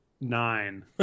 nine